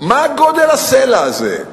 מה גודל הסלע הזה?